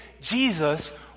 Jesus